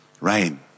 Rain